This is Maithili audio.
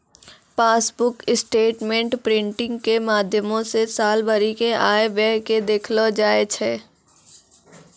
पासबुक स्टेटमेंट प्रिंटिंग के माध्यमो से साल भरि के आय व्यय के देखलो जाय छै